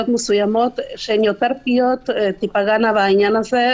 מסוימות שהן יותר -- -תיפגענה בעניין הזה.